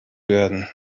werden